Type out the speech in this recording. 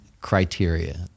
criteria